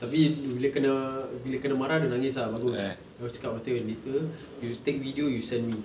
tapi bila kena bila kena marah dia nangis ah bagus aku cakap later you take video you send me